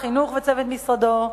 לשר החינוך וצוות משרדו,